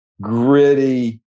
gritty